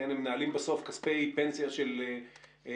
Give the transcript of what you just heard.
כי הם מנהלים בסוף כספי פנסיה של אנשים.